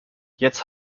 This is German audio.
jetzt